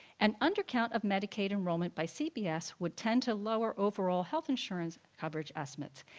an undercount of medicaid enrollment by cps would tend to lower overall health insurance coverage estimates.